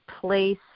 Place